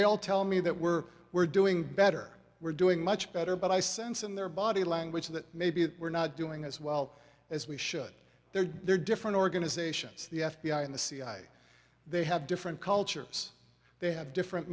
they all tell me that we're we're doing better we're doing much better but i sense in their body language that maybe they were not doing as well as we should their their different organizations the f b i and the cia they have different cultures they have different